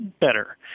better